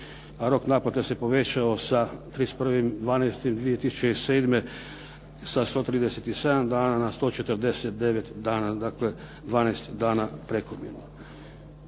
A rok naplate se povećao sa 31.12.2007. sa 137 dana na 149 dana, dakle 12 dana prekomjerno